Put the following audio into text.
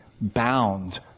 bound